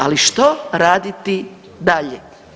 Ali, što raditi dalje?